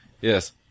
Yes